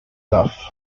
duff